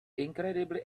incredibly